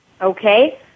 Okay